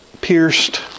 pierced